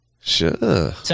Sure